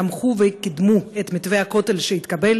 תמכו וקידמו את מתווה הכותל שהתקבל,